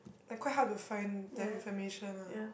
like quite hard to find the information lah